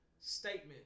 statement